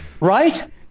Right